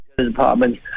Department